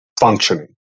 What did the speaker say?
functioning